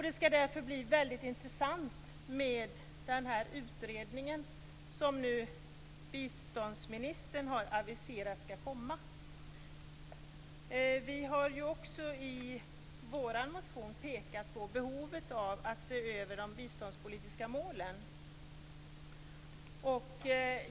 Det skall därför bli väldigt intressant med den utredning som nu biståndsministern har aviserat skall komma. Vi i Miljöparitet har i vår motion pekat på behovet av att se över de biståndspolitiska målen.